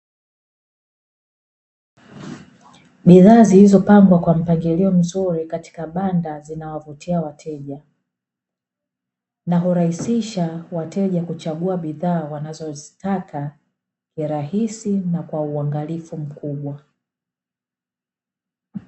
Bidhaa zilizopangwa kwa mpangilio mzuri katika banda zinawavutia wateja, na hurahisisha wateja kuchagua bidhaa anazozitaka, ya rahisi na kwa uangalifu mkubwa.